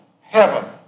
heaven